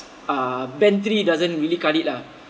uh band three doesn't really cut it lah